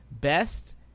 best